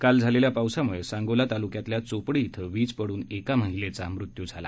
काल झालेल्या पावसामुळे सांगोला तालुक्यातल्या चोपडी श्विं वीज पडून एका महिलेचा मृत्यू झाला